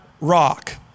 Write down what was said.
rock